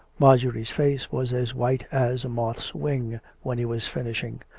marjorie's face was as white as a moth's wing when he was finishing,